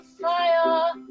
fire